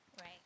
Right